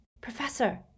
Professor